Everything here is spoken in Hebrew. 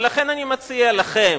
ולכן אני מציע לכם,